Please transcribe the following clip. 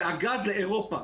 והגז לאירופה.